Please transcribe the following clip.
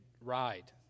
ride